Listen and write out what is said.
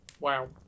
Wow